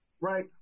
right